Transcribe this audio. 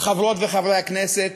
חברות וחברי הכנסת,